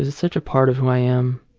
ah such a part of who i am.